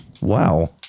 wow